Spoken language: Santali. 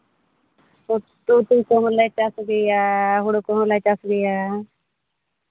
ᱩᱛᱩ ᱠᱚᱦᱚᱸᱞᱮ ᱪᱟᱥ ᱜᱮᱭᱟ ᱦᱩᱲᱩ ᱠᱚᱦᱚᱸᱞᱮ ᱪᱟᱥ ᱜᱮᱭᱟ